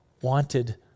wanted